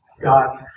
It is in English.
God